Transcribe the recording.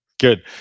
Good